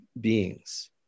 beings